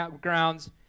grounds